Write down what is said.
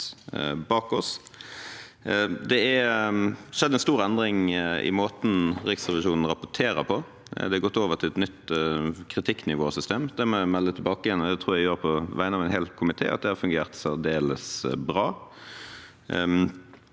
skjedd en stor endring i måten Riksrevisjonen rapporterer på – det er gått over til et nytt kritikknivåsystem. Det vil jeg melde tilbake – jeg tror det er på vegne av en hel komité – at har fungert særdeles bra.